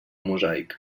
mosaic